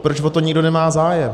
Proč o to nikdo nemá zájem?